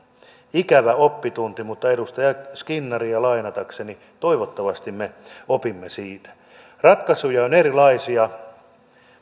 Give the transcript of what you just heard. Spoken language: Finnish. ikävä oppitunti mutta edustaja skinnaria lainatakseni toivottavasti me opimme siitä ratkaisuja on erilaisia